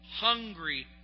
Hungry